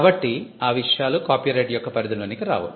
కాబట్టి ఆ విషయాలు కాపీ రైట్ యొక్క పరిధి లోనికి రావు